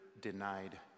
denied